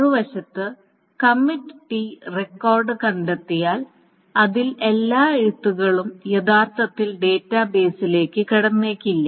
മറുവശത്ത് committed record കണ്ടെത്തിയാൽ അതിൽ എല്ലാ എഴുത്തുകളും യഥാർത്ഥത്തിൽ ഡാറ്റാബേസിലേക്ക് കടന്നേക്കില്ല